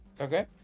okay